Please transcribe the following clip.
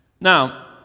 Now